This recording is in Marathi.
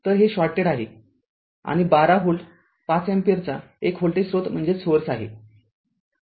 तर हे शॉर्टेड आहे आणि १२ व्होल्ट ५ अँपिअरचा १ व्होल्टेज स्रोत आहे